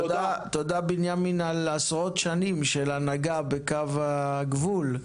תודה בנימין על עשרות שנים של הנהגה בקו הגבול,